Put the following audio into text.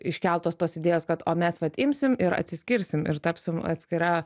iškeltos tos idėjos kad o mes vat imsim ir atsiskirsim ir tapsim atskira